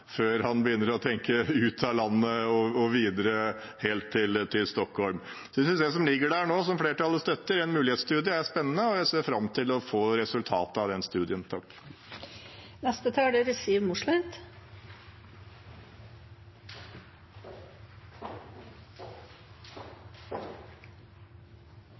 før man begynner å tenke ut av landet og videre helt til Stockholm. Jeg synes forslaget om en mulighetsstudie – som foreligger nå, og som flertallet støtter – er spennende, og jeg ser fram til å få resultatet av den studien.